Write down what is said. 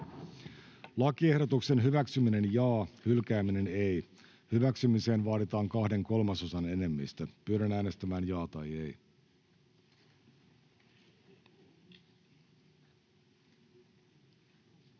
lakiehdotuksen hyväksymisestä tai hylkäämisestä. Hyväksymiseen vaaditaan kahden kolmasosan enemmistö. Jos lakiehdotusta ei